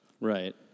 Right